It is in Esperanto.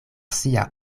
sia